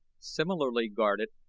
similarly guarded,